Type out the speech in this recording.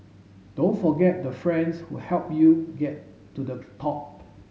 don't forget the friends who helped you get to the top